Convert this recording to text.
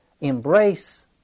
embrace